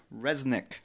Resnick